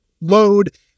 load